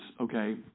okay